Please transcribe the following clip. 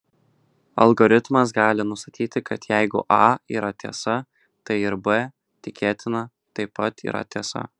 algoritmas gali nustatyti kad jeigu a yra tiesa tai ir b tikėtina taip pat yra tiesa